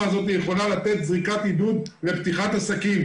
הזאת יכולה לתת זריקת עידוד לפתיחת עסקים,